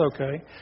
okay